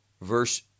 Verse